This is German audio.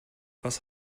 was